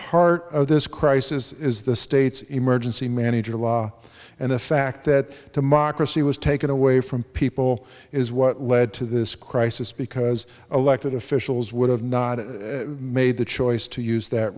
heart of this crisis is the state's emergency manager law and the fact that democracy was taken away from people is what led to this crisis because elected officials would have not made the choice to use that